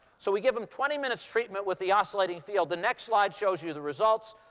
so we give them twenty minutes treatment with the oscillating field. the next slide shows you the results.